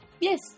Yes